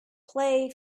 play